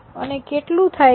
અને કેટલું થાય છે